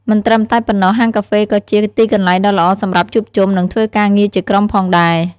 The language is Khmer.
មិនត្រឹមតែប៉ុណ្ណោះ ហាងកាហ្វេក៏ជា ទីកន្លែងដ៏ល្អសម្រាប់ជួបជុំ និងធ្វើការងារជាក្រុម ផងដែរ។